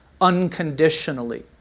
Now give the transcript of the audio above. unconditionally